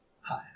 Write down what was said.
Hi